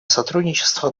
сотрудничество